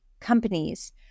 companies